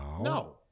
No